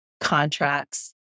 contracts